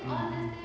mm mm